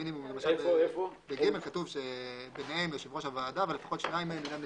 בנוסח איך הלכו כאן על